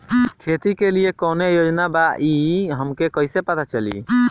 खेती के लिए कौने योजना बा ई हमके कईसे पता चली?